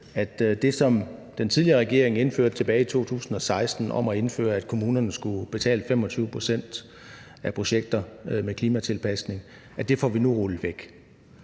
det, som den tidligere regering indførte tilbage i 2016, om at indføre, at kommunerne skulle betale 25 pct. af projekter med klimatilpasning, får vi nu rullet væk.